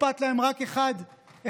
אכפת להם רק אחד מהשני,